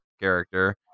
character